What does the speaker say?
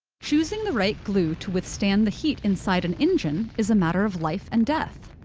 choosing the right glue to withstand the heat inside an engine is a matter of life and death.